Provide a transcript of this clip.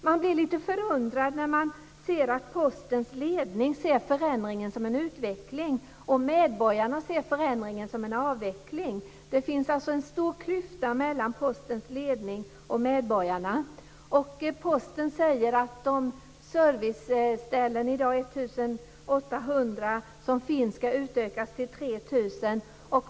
Man blir lite förundrad när man ser att Postens ledning ser förändringen som en utveckling och att medborgarna ser förändringen som en avveckling. Det finns alltså en stor klyfta mellan Postens ledning och medborgarna. Från Posten säger man att de 1 800 serviceställen som finns i dag ska utökas till 3 000.